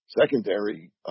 secondary